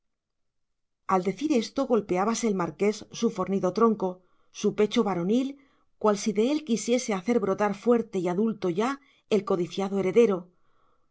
al decir esto golpeábase el marqués su fornido tronco su pecho varonil cual si de él quisiese hacer brotar fuerte y adulto ya el codiciado heredero